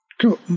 cool